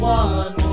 one